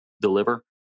deliver